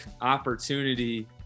opportunity